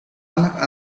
anak